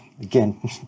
Again